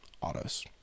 autos